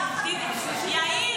יאיר,